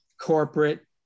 corporate